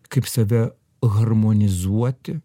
kaip save harmonizuoti